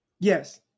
Yes